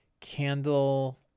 Candle